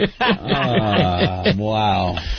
Wow